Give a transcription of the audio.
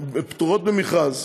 פטורות ממכרז,